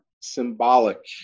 symbolic